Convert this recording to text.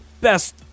best